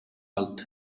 alt